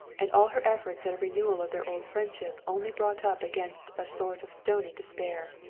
and all her efforts at a renewal of their old friendship only brought up against a sort of stony despair.